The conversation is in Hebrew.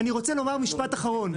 אני רוצה לומר משפט אחרון.